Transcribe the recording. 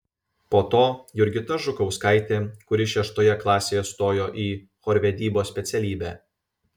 po to jurgita žukauskaitė kuri šeštoje klasėje stojo į chorvedybos specialybę